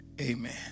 Amen